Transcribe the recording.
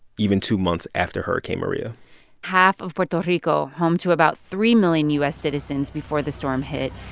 even two months after hurricane maria half of puerto rico, home to about three million u s. citizens before the storm hit,